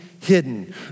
hidden